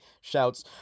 shouts